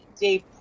Dave